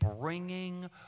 bringing